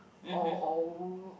or or